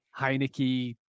Heineke